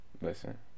Listen